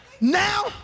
now